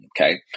Okay